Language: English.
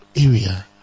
area